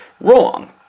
wrong